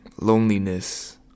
loneliness